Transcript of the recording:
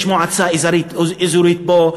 יש מועצה אזורית פה,